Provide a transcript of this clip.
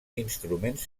instruments